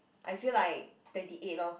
I feel like twenty eight lor